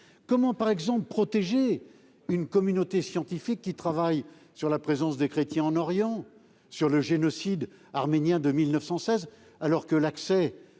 Comment protéger une communauté scientifique qui travaille sur la présence des chrétiens en Orient, sur le génocide arménien de 1916, alors que l'accès